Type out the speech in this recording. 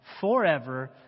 forever